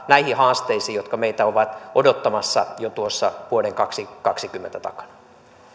näihin haasteisiin jotka meitä ovat odottamassa jo vuoden kaksituhattakaksikymmentä takana